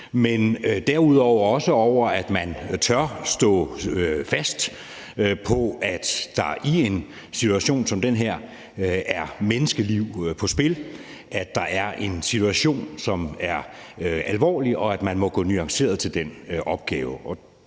og derudover også med, at han tør stå fast på, at der i en situation som den her er menneskeliv på spil, at det er en situation, som er alvorlig, og at man må gå nuanceret til den opgave.